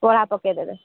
ଖଳା ପକେଇ ଦେବେ